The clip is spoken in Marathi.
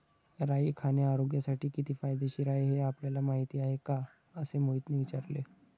राई खाणे आरोग्यासाठी किती फायदेशीर आहे हे आपल्याला माहिती आहे का? असे मोहितने विचारले